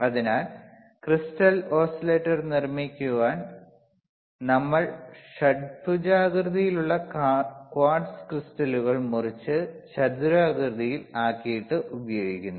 അതിനാൽ crystal oscillator നിർമ്മിക്കാൻ നമ്മൾ ഷഡ്ഭുജാകൃതിയിലുള്ള ക്വാർട്സ് ക്രിസ്റ്റലുകൾ മുറിച്ച് ചതുരാകൃതിയിൽ ആക്കിയിട്ട് ഉപയോഗിക്കുന്നു